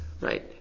right